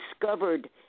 discovered